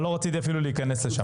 אבל לא רציתי אפילו להיכנס לשם.